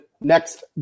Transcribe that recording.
next